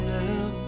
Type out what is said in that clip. now